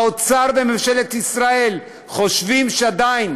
האוצר וממשלת ישראל חושבים שעדיין